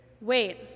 Wait